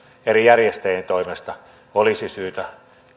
eri järjestäjien toimesta olisi syytä